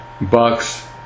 Bucks